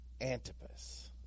Antipas